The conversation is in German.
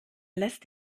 lässt